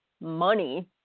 money